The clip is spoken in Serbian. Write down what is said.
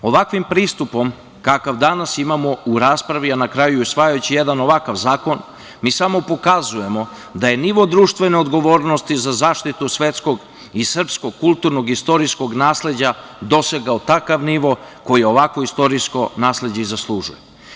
Ovakvim pristupom kakav danas imamo u raspravi i usvajajući jedan ovakav zakon samo pokazujemo da je nivo društvene odgovornosti za zaštitu svetskog i srpskog kulturnog i istorijskog nasleđa dosegao takav nivo koji ovakvo istorijsko nasleđe i zaslužuje.